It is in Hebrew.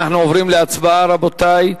אנחנו עוברים להצבעה, רבותי.